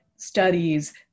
studies